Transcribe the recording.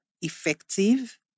effective